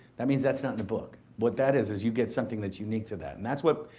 that means that's not in the book. what that is, is you get something that's unique to that, and that's what,